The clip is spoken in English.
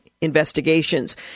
investigations